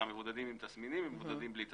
מבודדים עם תסמינים ומבודדים בלי תסמינים.